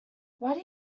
why